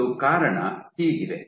ಮತ್ತು ಕಾರಣ ಹೀಗಿದೆ